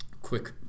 quick